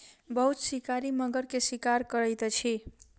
बहुत शिकारी मगर के शिकार करैत अछि